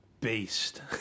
beast